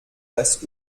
das